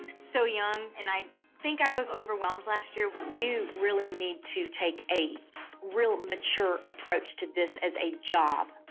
so young and i think i was overwhelmed last year. you really need to take a real mature mature approach to this as a job.